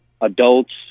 adults